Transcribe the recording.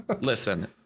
listen